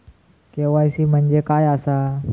KYC म्हणजे काय आसा?